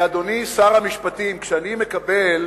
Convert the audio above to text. ואדוני שר המשפטים, כשאני מקבל